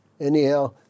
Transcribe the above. anyhow